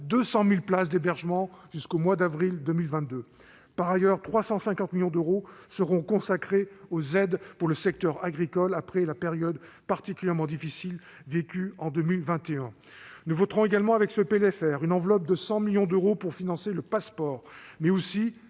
200 000 places d'hébergement jusqu'au mois d'avril 2022. Par ailleurs, 350 millions d'euros seront consacrés aux aides pour le secteur agricole après la période particulièrement difficile vécue en 2021. Nous voterons en outre avec ce PLFR une enveloppe de 100 millions d'euros pour financer le Pass'Sport, mais aussi